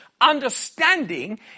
understanding